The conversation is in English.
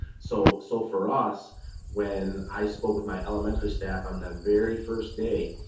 so, so for us when i spoke with my elementary staff on the very first day.